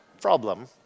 problem